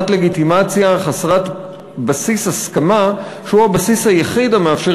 חסרת בסיס הסכמה שהוא הבסיס היחיד המאפשר